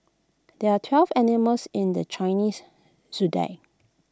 there are twelve animals in the Chinese Zodiac